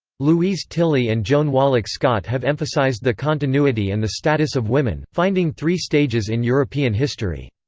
louise tilly and joan wallach scott have emphasized the continuity and the status of women, finding three stages in european history.